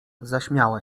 zaśmiała